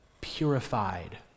purified